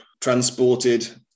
transported